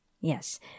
Yes